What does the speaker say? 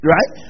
Right